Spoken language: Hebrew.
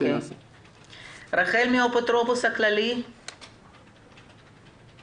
רחל מן האפוטרופוס הכללי, בבקשה.